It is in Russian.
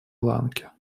ланки